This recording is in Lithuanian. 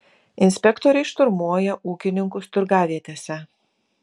inspektoriai šturmuoja ūkininkus turgavietėse